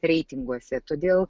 reitinguose todėl